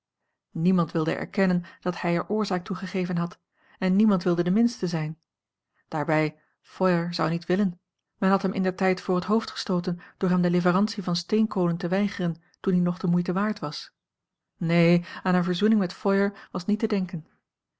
niemand wilde erkennen dat hij er oorzaak toe gegeven had en niemand wilde de minste zijn daarbij feuer zou niet a l g bosboom-toussaint langs een omweg willen men had hem indertijd voor het hoofd gestooten door hem de leverantie van steenkolen te weigeren toen die nog de moeite waard was neen aan eene verzoening met feuer was niet te denken